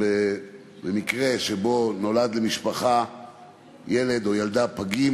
שבמקרה שבו נולד למשפחה ילד או ילדה פג,